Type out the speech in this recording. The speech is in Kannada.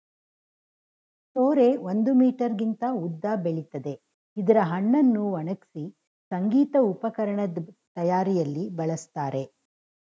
ಸೋರೆ ಒಂದು ಮೀಟರ್ಗಿಂತ ಉದ್ದ ಬೆಳಿತದೆ ಇದ್ರ ಹಣ್ಣನ್ನು ಒಣಗ್ಸಿ ಸಂಗೀತ ಉಪಕರಣದ್ ತಯಾರಿಯಲ್ಲಿ ಬಳಸ್ತಾರೆ